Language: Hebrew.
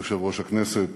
יושב-ראש הכנסת